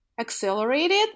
accelerated